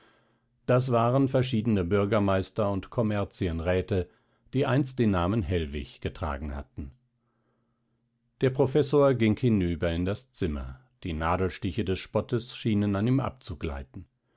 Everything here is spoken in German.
das waren verschiedene bürgermeister und kommerzienräte die einst den namen hellwig getragen hatten der professor ging hinüber in das zimmer die nadelstiche des spottes schienen an ihm abzugleiten